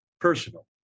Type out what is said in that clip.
personal